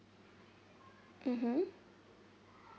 uhhuh